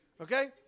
Okay